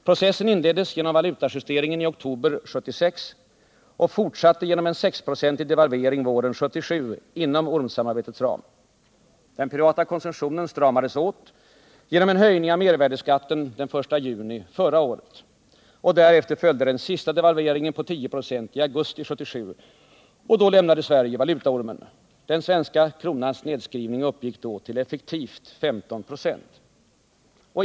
Processen inleddes genom valutajusteringen i oktober 1976 och fortsatte genom en 6-procentig devalvering våren 1977 inom ormsamarbetets ram. Den privata konsumtionen stramades åt genom en höjning av mervärdeskatten den första juni förra året. Därefter följde den sista devalveringen på 10 96 i augusti 1977. Då lämnade Sverige valutaormen. Den svenska kronans nedskrivning uppgick då till effektivt 15 96.